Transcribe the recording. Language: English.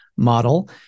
Model